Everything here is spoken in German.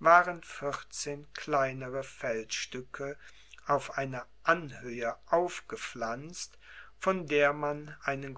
waren vierzehn kleinere feldstücke auf einer anhöhe aufgepflanzt von der man einen